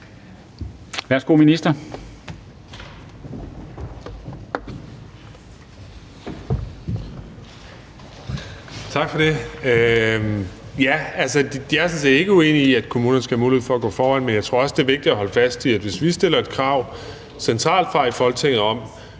altså, jeg er sådan set ikke uenig i, at kommunerne skal have mulighed for at gå foran. Men jeg tror også, det er vigtigt at holde fast i, at hvis vi stiller et krav fra centralt hold her i Folketinget om,